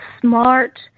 smart